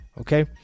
Okay